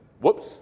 Whoops